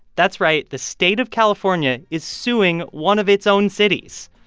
that's right, the state of california is suing one of its own cities.